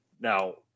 now